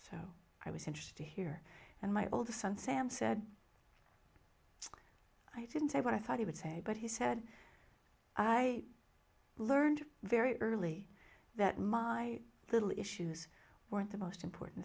so i was interested to hear and my older son sam said i didn't say what i thought he would say but he said i learned very early that my little issues weren't the most important